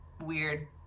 weird